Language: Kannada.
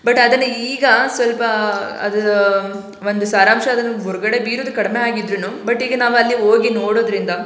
ಬಟ್ ಅದನ್ನು ಈಗ ಸ್ವಲ್ಪ ಅದು ಒಂದು ಸಾರಾಂಶ ಅದನ್ನು ಹೊರಗಡೆ ಬೀರೋದು ಕಡಿಮೆ ಆಗಿದ್ರೂ ಬಟ್ ಈಗ ನಾವು ಅಲ್ಲಿ ಹೋಗಿ ನೋಡೋದರಿಂದ